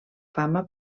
fama